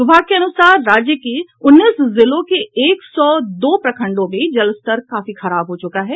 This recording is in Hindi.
विभाग के अनुसार राज्य के उन्नीस जिलों के एक सौ दो प्रखंडों में जल स्तर काफी खराब हो चुका है